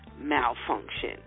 malfunction